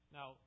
Now